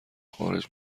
خارج